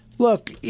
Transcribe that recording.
Look